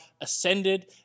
ascended